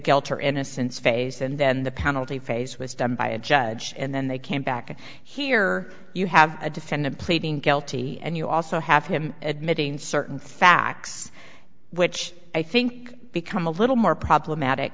that innocence phase and then the penalty phase was done by a judge and then they came back and here you have a defendant pleading guilty and you also have him admitting certain facts which i think become a little more problematic